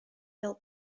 fel